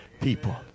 people